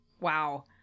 wow